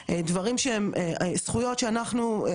יש כאמור עתירה תלויה ועומד בבית המשפט